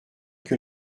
que